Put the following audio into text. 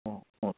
ಹಾಂ ಹಾಂ